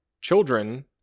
Children